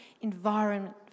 environment